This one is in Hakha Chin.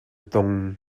tong